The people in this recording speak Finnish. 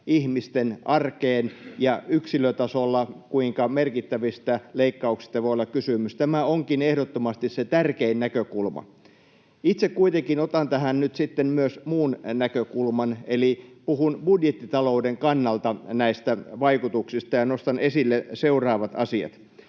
ihmisten arkeen ja yksilötasolla sitä, kuinka merkittävistä leikkauksista voi olla kysymys. Tämä onkin ehdottomasti se tärkein näkökulma. Itse kuitenkin otan tähän nyt sitten myös muun näkökulman, eli puhun budjettitalouden kannalta näistä vaikutuksista ja nostan esille seuraavat asiat: